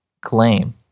claim